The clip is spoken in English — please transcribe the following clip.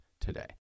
today